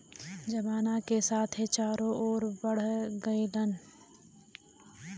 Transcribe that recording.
जमाना के साथे चोरो बढ़ गइलन